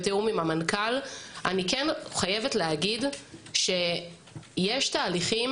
בתיאום עם המנכ"ל אני כן חייבת להגיד שיש תהליכים